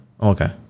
Okay